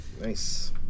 Nice